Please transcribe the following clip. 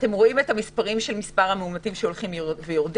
אתם רואים את המספרים של מספר המאומתים שהולכים ויורדים.